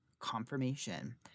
confirmation